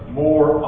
more